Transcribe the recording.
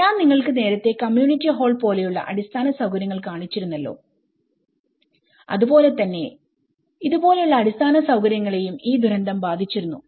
ഞാൻ നിങ്ങൾക്ക് നേരത്തെ കമ്മ്യൂണിറ്റി ഹാൾ പോലെയുള്ള അടിസ്ഥാന സൌകര്യങ്ങൾ കാണിച്ചിരുന്നല്ലോ അതുപോലെതന്നെ ഇതുപോലെയുള്ള അടിസ്ഥാന സൌകര്യങ്ങളെയും ഈ ദുരന്തം ബാധിച്ചിരുന്നു